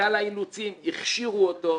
בגלל האילוצים הכשירו אותו,